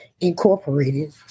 Incorporated